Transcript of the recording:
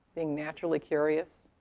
being naturally curious.